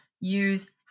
use